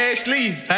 Ashley